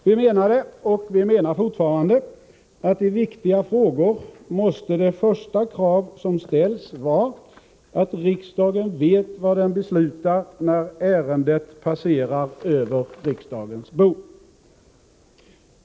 Vi menade, och vi menar fortfarande, att i viktiga frågor måste det första krav som ställs vara att riksdagen vet vad den beslutar, när ärendet passerar över riksdagens bord.